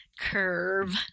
curve